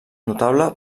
notable